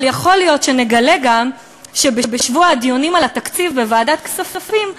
אבל יכול להיות שנגלה גם שבשבוע הדיונים על התקציב בוועדת כספים,